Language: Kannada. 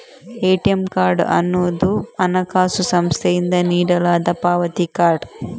ಎ.ಟಿ.ಎಂ ಕಾರ್ಡ್ ಅನ್ನುದು ಹಣಕಾಸು ಸಂಸ್ಥೆಯಿಂದ ನೀಡಲಾದ ಪಾವತಿ ಕಾರ್ಡ್